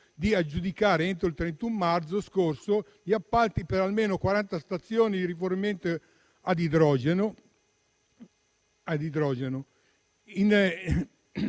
di aggiudicare, entro il 31 marzo scorso, gli appalti per almeno quaranta stazioni di rifornimento ad idrogeno